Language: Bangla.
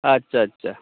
আচ্ছা আচ্ছা